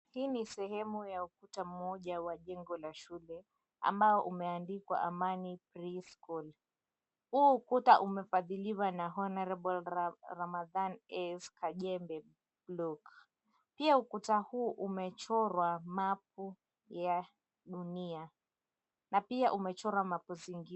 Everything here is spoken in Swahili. Hii ni sehemu ya ukuta moja wa jengo la shule, ambao umeandikwa Amani Pri. Shool. Huu ukuta umefadhiliwa na Honourable Ramadhan S. Kajembe Block. Pia ukuta huu umechorwa mapu ya dunia na pia umechorwa mapu zingine.